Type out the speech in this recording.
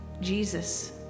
Jesus